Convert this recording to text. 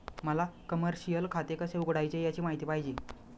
मला कमर्शिअल खाते कसे उघडायचे याची माहिती पाहिजे